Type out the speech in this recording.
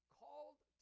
called